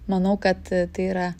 manau kad tai yra